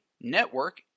Network